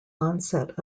onset